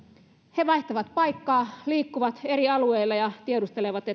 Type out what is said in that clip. he vaihtavat paikkaa liikkuvat eri alueilla ja tiedustelevat